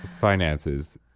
finances